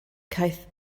caiff